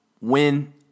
win